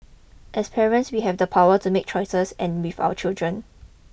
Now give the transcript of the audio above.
as parents we have the power to make choices and with our children